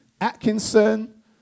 Atkinson